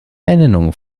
ernennung